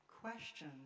question